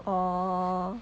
orh